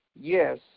yes